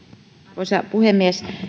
arvoisa puhemies